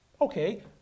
Okay